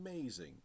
amazing